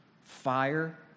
Fire